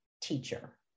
teacher